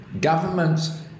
Governments